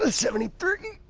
ah seventy three,